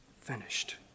finished